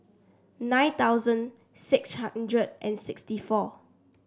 nine thousand six hundred and sixty four